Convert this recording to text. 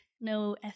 no